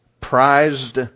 prized